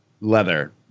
leather